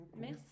Merci